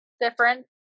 different